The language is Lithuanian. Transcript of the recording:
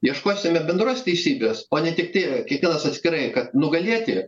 ieškosime bendros teisybės o ne tiktai kiekvienas atskirai kad nugalėti